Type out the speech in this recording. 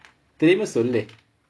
திருப்பி சொல்லு:thiruppi sollu